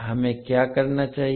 हमें क्या करना चाहिए